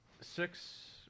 Six